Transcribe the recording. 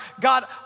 god